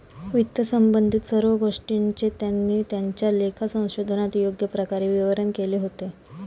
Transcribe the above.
वित्तसंबंधित सर्व गोष्टींचे त्यांनी त्यांच्या लेखा संशोधनात योग्य प्रकारे विवरण केले होते